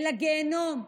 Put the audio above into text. אל הגיהינום,